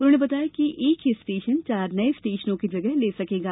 उन्होंने बताया कि एक ही स्टेशन चार नये स्टेशनों की जगह ले सकेगा